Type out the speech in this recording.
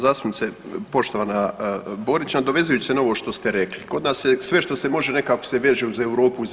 Zastupnice poštovana Borić, nadovezujući se na ovo što ste rekli, kod nas se sve što se može nekako se veže uz Europu i EU.